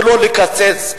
ולא לקצץ.